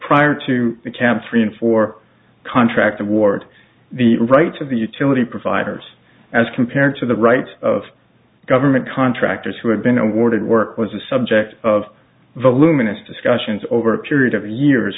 prior to the camp three and four contract award the rights of the utility providers as compared to the right of government contractors who have been awarded work was the subject of voluminous discussions over a period of years